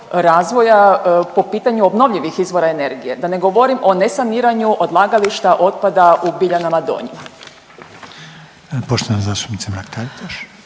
razvoja po pitanju obnovljivih izvora energije, da ne govorim o nesaniranju odlagališta otpada u Biljanama donjim.